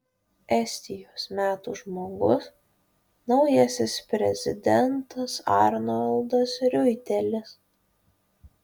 estijos metų žmogus naujasis prezidentas arnoldas riuitelis